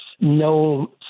no